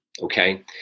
okay